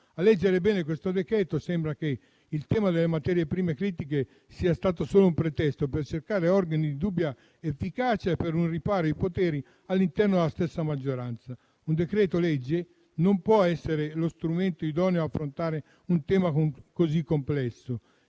A leggere bene questo decreto, sembra che il tema delle materie prime critiche sia stato solo un pretesto per creare organi di dubbia efficacia per mantenere i poteri all'interno della stessa maggioranza. Un decreto-legge non può essere lo strumento idoneo ad affrontare un tema così complesso